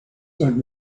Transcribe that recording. sent